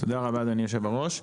תודה רבה, אדוני יושב הראש.